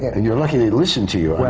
and you're lucky they listened to you!